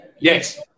Yes